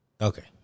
Okay